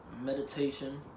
meditation